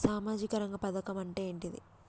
సామాజిక రంగ పథకం అంటే ఏంటిది?